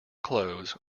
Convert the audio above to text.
clothes